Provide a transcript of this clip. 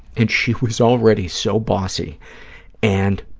and she was already so bossy and